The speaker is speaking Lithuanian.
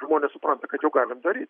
žmonės supranta kad jau galim daryt